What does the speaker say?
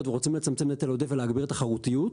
ורוצים לצמצם היטל עודף ולהגביר תחרותיות,